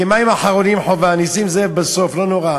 כי מים אחרונים, חובה, נסים זאב בסוף, לא נורא.